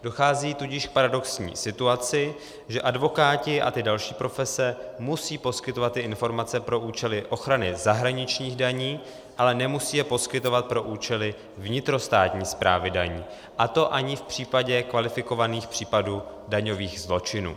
Dochází tudíž k paradoxní situaci, že advokáti a ty další profese musí poskytovat informace pro účely ochrany zahraničních daní, ale nemusí je poskytovat pro účely vnitrostátní správy daní, a to ani v případě kvalifikovaných případů daňových zločinů.